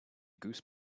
goose